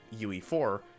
UE4